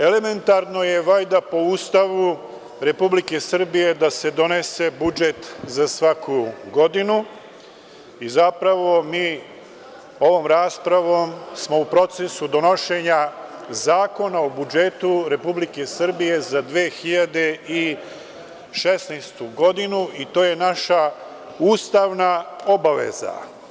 Elementarno je valjda po Ustavu Republike Srbije da se donese budžet za svaku godinu i zapravo mi smo ovom raspravom u procesu donošenja zakona o budžetu Republike Srbije za 2016. godinu i to je naša ustavna obaveza.